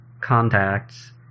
contacts